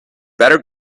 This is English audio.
better